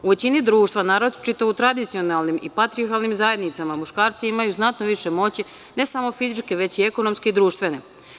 U većini društva, naročito u tradicionalnim i patrijarhalnim zajednicama, muškarci imaju znatno više moći, ne samo fizičke, već i ekonomske i društvene.